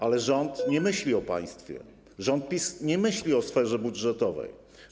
Ale rząd nie myśli o państwie, rząd PiS nie myśli o sferze budżetowej.